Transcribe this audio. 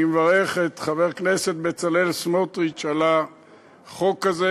אני מברך את חבר הכנסת בצלאל סמוטריץ על החוק הזה,